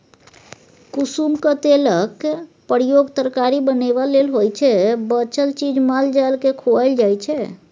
कुसुमक तेलक प्रयोग तरकारी बनेबा लेल होइ छै बचल चीज माल जालकेँ खुआएल जाइ छै